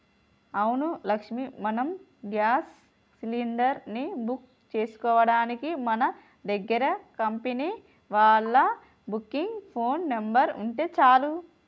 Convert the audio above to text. అవును లక్ష్మి మనం gas cylinder ని బుక్ చేసుకోవడానికి మన దగ్గర కంపెనీ వాళ్ళ బుకింగ్ ఫోన్ నెంబర్ ఉంటే చాలు